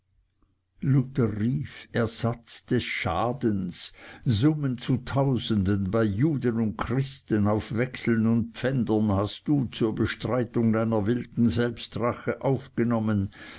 rief ersatz des schadens summen zu tausenden bei juden und christen auf wechseln und pfändern hast du zur bestreitung deiner wilden selbstrache aufgenommen